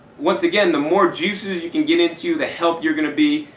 once again, the more juices you can get into you, the healthier you're going to be,